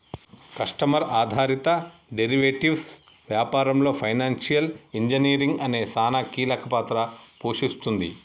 customer ఆధారిత derivatives వ్యాపారంలో financial engineering అనేది సానా కీలక పాత్ర పోషిస్తుంది